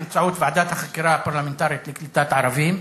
באמצעות ועדת החקירה הפרלמנטרית לקליטת ערבים,